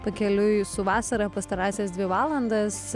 pakeliui su vasara pastarąsias dvi valandas